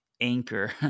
anchor